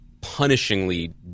punishingly